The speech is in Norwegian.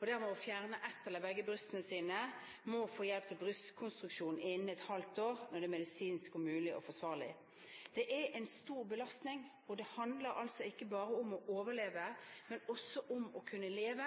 og dermed må fjerne ett bryst eller begge brystene, må få hjelp til brystrekonstruksjon innen et halvt år, når det er medisinsk mulig og forsvarlig. Det er en stor belastning. Det handler ikke bare om å overleve, men også om å kunne leve,